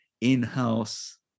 in-house